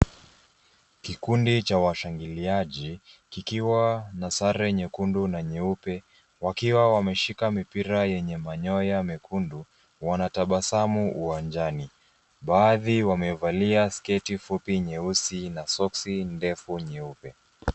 Kikundi cha washangiliaji, kikiwa na sare nyekundu na nyeupe, wakiwa wameshika mipira yenye manyoya mekundu, wanatabasamu uwanjani. Baadhi wamevalia sketi fupi nyeusi na soksi ndefu nyeupe.